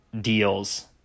deals